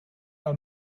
are